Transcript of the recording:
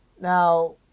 Now